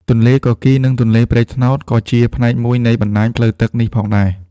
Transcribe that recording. ទន្លេគគីរ និង ទន្លេព្រែកត្នោត ក៏ជាផ្នែកមួយនៃបណ្តាញផ្លូវទឹកនេះផងដែរ។